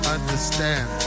understand